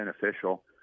beneficial